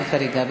אין חריגה.